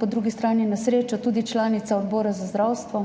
po drugi strani na srečo tudi članica Odbora za zdravstvo,